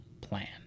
plan